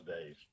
days